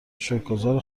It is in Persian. شکرگزار